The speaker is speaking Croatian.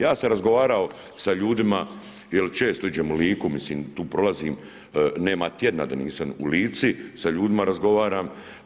Ja sam razgovarao sa ljudima jer često idem u Liku, tu prolazim, nema tjedna da nisam u Lici, sa ljudima razgovaram.